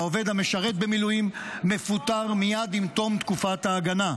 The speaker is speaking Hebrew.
והעובד המשרת במילואים מפוטר מייד עם תום תקופת ההגנה.